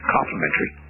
Complimentary